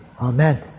Amen